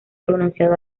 pronunciado